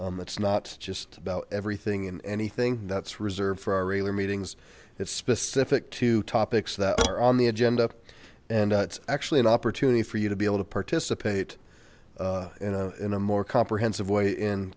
it's not just about everything in anything that's reserved for our railer meetings it's specific to topics that are on the agenda and it's actually an opportunity for you to be able to participate you know in a more comprehensive way in